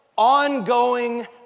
ongoing